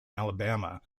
alabama